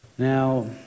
Now